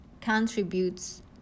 contributes